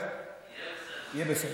יהיה בסדר.